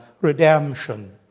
redemption